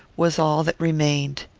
was all that remained.